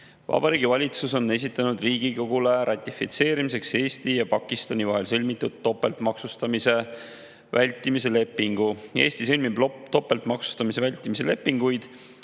Vabariigi Valitsus on esitanud Riigikogule ratifitseerimiseks Eesti ja Pakistani vahel sõlmitud topeltmaksustamise vältimise lepingu. Eesti sõlmib topeltmaksustamise vältimise lepinguid,